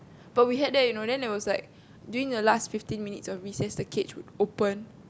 but we had that you know then there was like during the last fifteen minutes of recess the cage would open